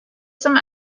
some